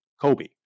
Kobe